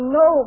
no